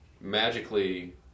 Magically